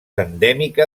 endèmica